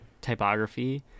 typography